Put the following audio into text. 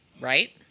Right